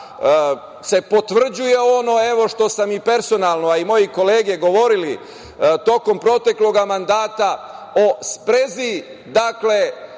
se potvrđuje ono što sam personalno, a i moje kolege govorile tokom proteklog mandata o sprezi, dakle,